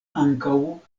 ankaŭ